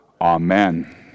Amen